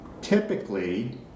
Typically